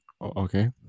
Okay